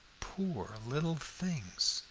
poor little things,